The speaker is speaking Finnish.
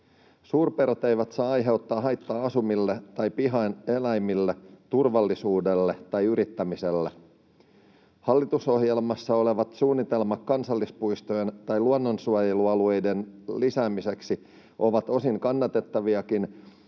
Suurpedot eivät saa aiheuttaa haittaa asumiselle tai pihan eläimille, turvallisuudelle tai yrittämiselle. Hallitusohjelmassa olevat suunnitelmat kansallispuistojen tai luonnonsuojelualueiden lisäämiseksi ovat osin kannatettaviakin,